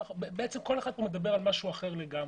כל אחד פה מדבר על משהו אחר לגמרי.